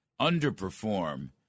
underperform